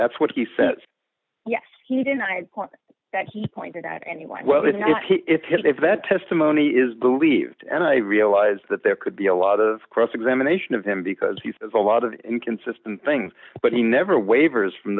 that's what he says yes he denied that he pointed out anyway well it's just it's his if that testimony is believed and i realize that there could be a lot of cross examination of him because he says a lot of inconsistent things but he never wavers from